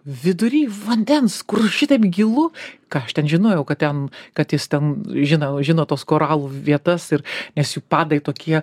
vidury vandens kur šitaip gilu ką aš ten žinojau kad ten kad jis ten žinau žino tas koralų vietas ir nes jų padai tokie